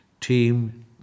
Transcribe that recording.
Team